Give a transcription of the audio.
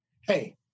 Hey